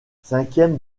cinquième